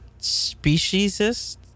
speciesist